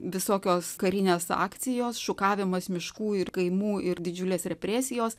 visokios karinės akcijos šukavimas miškų ir kaimų ir didžiulės represijos